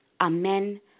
Amen